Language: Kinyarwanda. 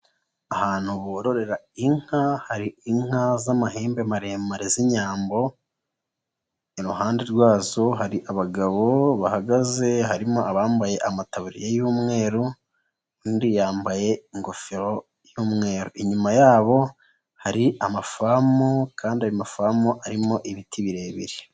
Ahantu bororera inka hari inka z'amahembe maremare z'inyambo, iruhande rwazo hari abagabo bahagaze, harimo abambaye amabu y'umweru, undi yambaye ingofero y'umweru. Inyuma yabo hari amafamu kandi ayo mafamu arimo ibiti birebire.